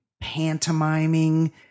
pantomiming